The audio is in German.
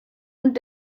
und